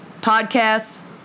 podcasts